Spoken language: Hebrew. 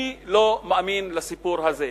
אני לא מאמין לסיפור הזה.